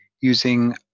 using